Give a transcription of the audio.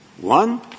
One